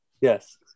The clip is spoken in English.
Yes